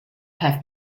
have